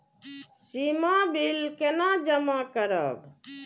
सीमा bill केना जमा करब?